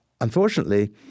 unfortunately